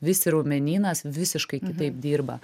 visi raumenynas visiškai kitaip dirba